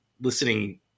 listening